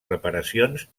reparacions